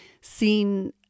seen